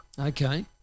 Okay